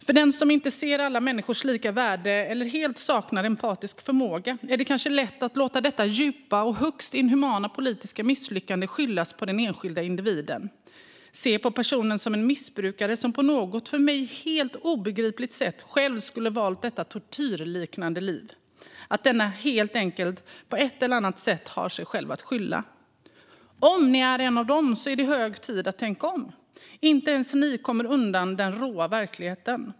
För dem som inte ser alla människors lika värde eller helt saknar empatisk förmåga är det kanske lätt att låta detta djupa och högst inhumana politiska misslyckande skyllas på den enskilda individen. De ser personen som en missbrukare som på något för mig helt obegripligt sätt själv skulle valt detta tortyrliknande liv eller som någon som helt enkelt har sig själv att skylla. Om man är en av dem är det hög tid att tänka om, för inte ens de kommer undan den råa verkligheten.